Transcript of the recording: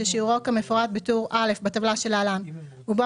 ששיעורו כמפורט בטור א' בטבלה שלהלן ובו